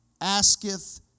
asketh